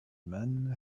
men